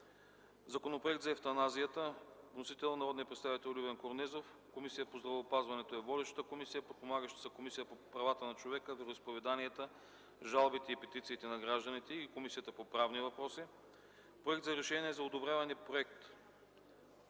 Законопроект за евтаназията. Вносител е народният представител Любен Корнезов. Водеща е Комисията по здравеопазването. Подпомагащи са Комисията по правата на човека, вероизповеданията, жалбите и петициите на гражданите и Комисията по правни въпроси. Проект за решение за одобряване Проект